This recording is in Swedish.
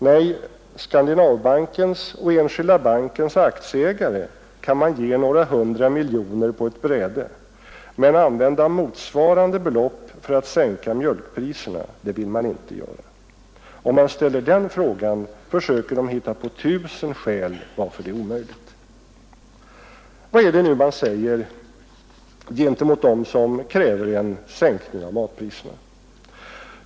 Nej, Skandinavbankens och Enskilda bankens aktieägare kan man ge några hundra miljoner på ett bräde, men använda motsvarande belopp för att sänka mjölkpriserna, det vill man inte göra. Om vi ställer den frågan, försöker man hitta på tusen skäl till att det är omöjligt. Vad är det nu man säger gentemot dem som kräver en sänkning av matpriserna?